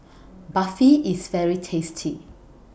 Barfi IS very tasty